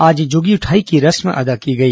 आज जोगी उठाई की रस्म अदा की गई